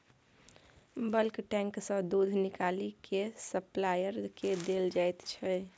bulk tank सँ दुध निकालि केँ सप्लायर केँ देल जाइत छै